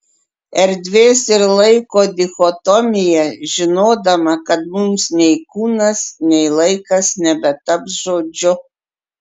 erdvės ir laiko dichotomija žinodama kad mums nei kūnas nei laikas nebetaps žodžiu